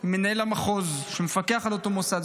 עם מנהל המחוז שמפקח על אותו מוסד,